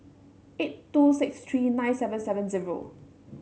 eight two six three nine seven seven zero